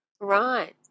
Right